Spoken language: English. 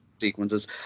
sequences